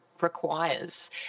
requires